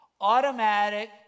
Automatic